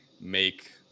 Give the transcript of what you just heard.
make